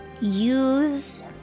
use